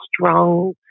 strong